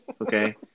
okay